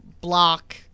block